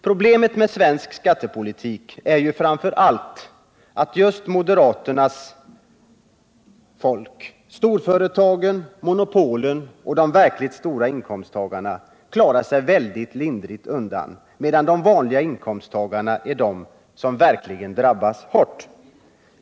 Problemet med svensk skattepolitik är ju framför allt att just moderaternas folk — storföretagarna, monopolen och de verkligt stora inkomsttagarna — klarar sig väldigt lindrigt undan, medan de vanliga inkomsttagarna är de som verkligen drabbas hårt.